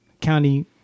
county